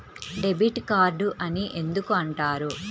Debit card అని ఎందుకు అంటారు?